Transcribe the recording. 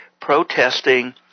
protesting